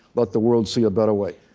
let the world see a better way.